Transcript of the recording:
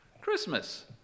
Christmas